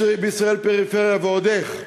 יש בישראל פריפריה ועוד איך,